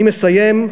אני מסיים.